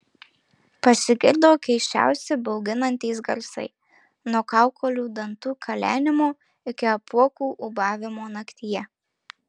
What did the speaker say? pasigirdo keisčiausi bauginantys garsai nuo kaukolių dantų kalenimo iki apuokų ūbavimo naktyje